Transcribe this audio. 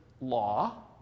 law